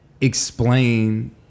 explain